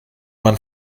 man